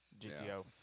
GTO